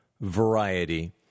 variety